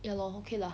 ya lor okay lah